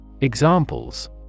Examples